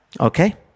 Okay